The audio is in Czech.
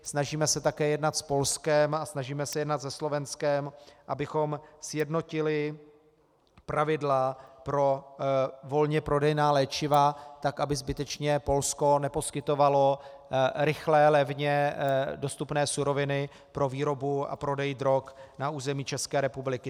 Snažíme se také jednat s Polskem a snažíme se jednat se Slovenskem, abychom sjednotili pravidla pro volně prodejná léčiva tak, aby zbytečně Polsko neposkytovalo rychle, levně dostupné suroviny pro výrobu a prodej drog na území České republiky.